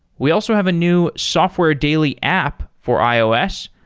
we also have a new software daily app for ios,